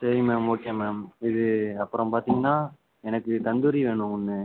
சரி ma'am okay ma'am இது அப்புறம் பார்த்தீங்கனா எனக்கு தந்தூரி வேணும் ஒன்று